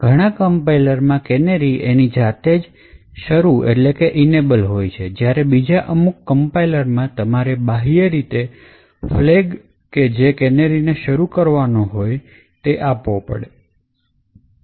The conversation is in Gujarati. ઘણા કંપાઇલરsમાં કેનેરી એની જાતે જ શરૂ થાય છે જ્યારે બીજા અમુક કંપાઇલરsમાં તમારે બાહ્ય રીતે ફ્લેગ કે જે કેલેરીને શરૂ કરે એ આપવો પડે છે